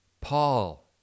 Paul